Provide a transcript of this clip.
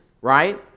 Right